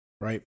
right